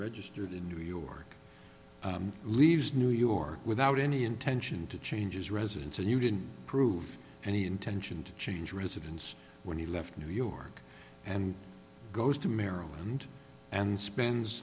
registered in new york and leaves new york without any intention to change his residence and you didn't prove any intention to change residence when he left new york and goes to maryland and spends